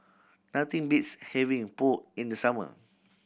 nothing beats having Pho in the summer